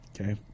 okay